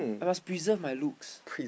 I must preserve my looks